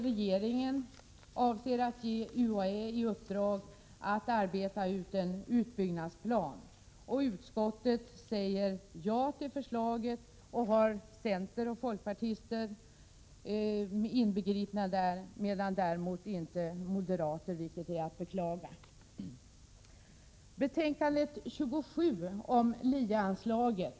Regeringen avser att ge UHÄ i uppdrag att arbeta ut en utbyggnadsplan. Utskottet, inbegripande centerpartister och folkpartister, säger ja till förslaget, däremot inte moderaterna, vilket är att beklaga. Betänkande 27 handlar om LIE-anslaget.